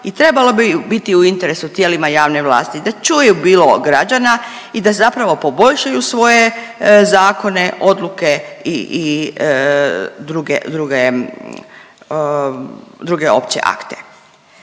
i trebalo bi biti u interesu tijelima javne vlasti da čuju bilo građana i da zapravo poboljšaju svoje zakone, odluke i, i druge, druge,